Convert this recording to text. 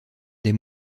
des